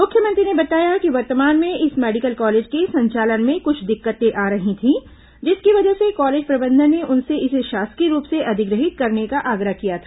मुख्यमंत्री ने बताया कि वर्तमान में इस मेडिकल कॉलेज के संचालन में कुछ दिक्कतें आ रही थीं जिसकी वजह से कॉलेज प्रबंधन ने उनसे इसे शासकीय रूप से अधिग्रहित करने का आग्रह किया था